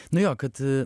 nu jo kad